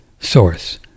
source